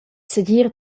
segir